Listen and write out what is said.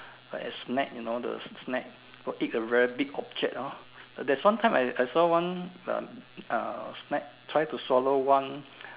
a snake you know the snake will eat a very big object hor there's one time I I saw one uh uh snake try to swallow one